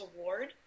award